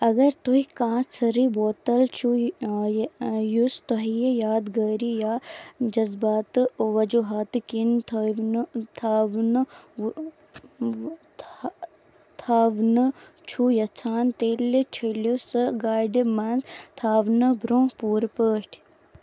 اگر تُہۍ کانٛہہ ژٔھرٕے بوتل چھُو یہ یُس توہہِ یادگٲری یا جذباتہٕ وجوٗہاتہٕ کِنہِ تھٲونہٕ تھاونہٕ چھُو یَژھان تیٚلہِ چھیٚلِو سُہ گاڑِ منٛز تھاونہٕ برٛونٛہہ پوٗرٕ پٲٹھۍ